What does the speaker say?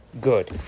good